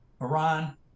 Iran